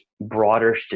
broader